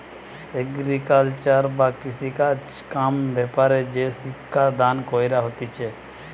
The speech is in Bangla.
এগ্রিকালচার বা কৃষিকাজ কাম ব্যাপারে যে শিক্ষা দান কইরা হতিছে